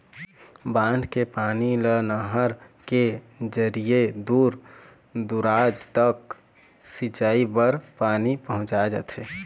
बांध के पानी ल नहर के जरिए दूर दूराज तक सिंचई बर पानी पहुंचाए जाथे